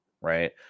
right